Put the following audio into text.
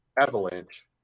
Avalanche